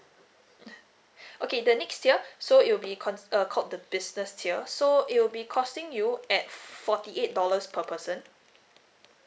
okay the next tier so it'll be ca~ uh called the business tier so it will be costing you at forty eight dollars per person